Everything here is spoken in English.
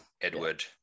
Edward